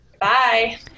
Bye